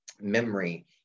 memory